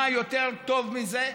מה יותר טוב מזה?